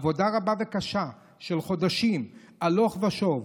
עבודה רבה וקשה של חודשים, הלוך ושוב.